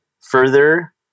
further